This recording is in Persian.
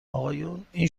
اقایون، این